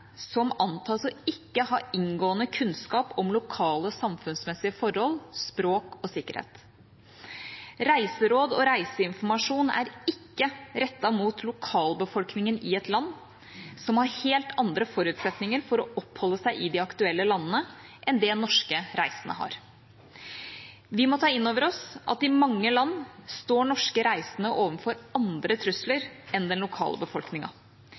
som antas ikke å ha inngående kunnskap om lokale samfunnsmessige forhold, språk og sikkerhet. Reiseråd og reiseinformasjon er ikke rettet mot lokalbefolkningen i et land, som har helt andre forutsetninger for å oppholde seg i de aktuelle landene enn det norske reisende har. Vi må ta inn over oss at i mange land står norske reisende overfor andre trusler enn den lokale